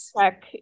check